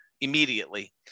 immediately